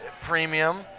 premium